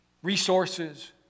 Resources